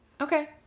Okay